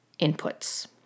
inputs